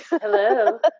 hello